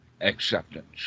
acceptance